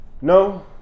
No